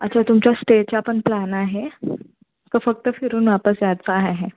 अच्छा तुमचा स्टेचा पण प्लॅन आहे का फक्त फिरून वापस यायचं आहे